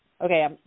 okay